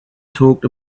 talked